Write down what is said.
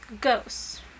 Ghosts